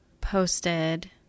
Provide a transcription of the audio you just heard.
posted